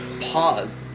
pause